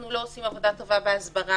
אנחנו לא עושים עבודה טובה בהסברה,